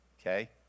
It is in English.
okay